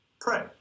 pray